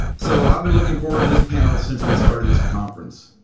so i've been looking forward to this panel since we started this conference.